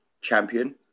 champion